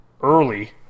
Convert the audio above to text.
early